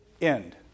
end